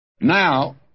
Now